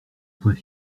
point